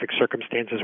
circumstances